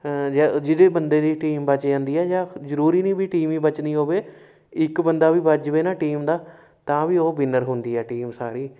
ਜਦ ਜਿਹਦੇ ਬੰਦੇ ਦੀ ਟੀਮ ਬਚ ਜਾਂਦੀ ਹੈ ਜਾਂ ਜ਼ਰੂਰੀ ਨਹੀਂ ਵੀ ਟੀਮ ਹੀ ਬਚਣੀ ਹੋਵੇ ਇੱਕ ਬੰਦਾ ਵੀ ਬਚ ਜਾਵੇ ਨਾ ਟੀਮ ਦਾ ਤਾਂ ਵੀ ਉਹ ਵਿਨਰ ਹੁੰਦੀ ਹੈ ਟੀਮ ਸਾਰੀ